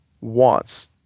wants